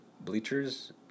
bleachers